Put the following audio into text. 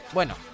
Bueno